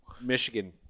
Michigan